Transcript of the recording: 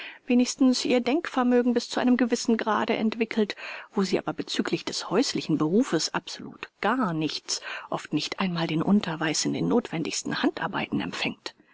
wenigstens ihr denkvermögen bis zu einem gewissen grade entwickelt wo sie aber bezüglich des häuslichen berufes absolut gar nichts oft nicht einmal den unterweis in den nothwendigsten handarbeiten empfängt